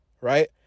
right